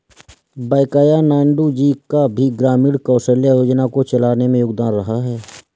वैंकैया नायडू जी का भी ग्रामीण कौशल्या योजना को चलाने में योगदान रहा है